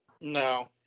no